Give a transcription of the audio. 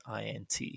INT